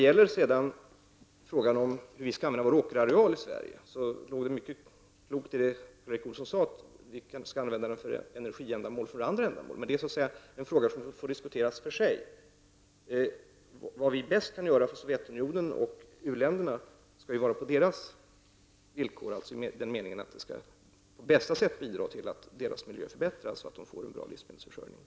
I fråga om hur vi skall använda vår åkerareal i Sverige, låg det mycket klokt i det Karl Erik Olsson sade, att vi skall använda den för energiändamål och andra ändamål. Men det är en fråga som får diskuteras för sig. Det vi kan göra för Sovjetunionen och u-länderna skall vara på deras villkor i den meningen att det på bästa sätt skall bidra till att deras miljö förbättras, så att de får en bra livsmedelsförsörjning.